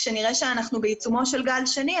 כשנראה שאנחנו בעיצומו של גל שני,